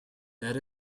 that